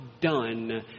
done